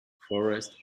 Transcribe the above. forrest